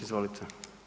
Izvolite.